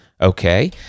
okay